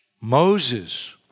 Moses